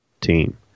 team